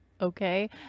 Okay